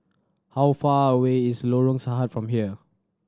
how far away is Lorong Sahad from here